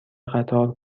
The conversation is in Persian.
قطار